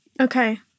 okay